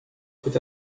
peut